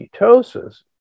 ketosis